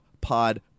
pod